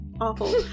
Awful